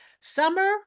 Summer